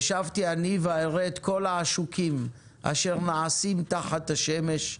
"ושבתי אני ואראה את כל העשוקים אשר נעשים תחת השמש,